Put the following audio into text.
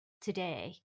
today